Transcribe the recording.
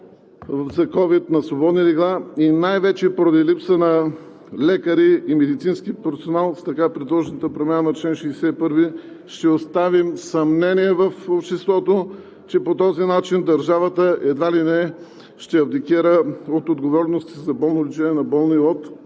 за ковид на свободни легла и най-вече поради липса на лекари и медицински персонал с така предложената промяна в чл. 61 ще оставим съмнения в обществото, че по този начин държавата едва ли не ще абдикира от отговорностите си за болнолечение на болни от